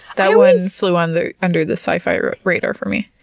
that one flew on the under the sci-fi radar for me.